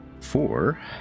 Four